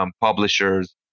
publishers